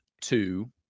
two